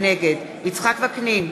נגד יצחק וקנין,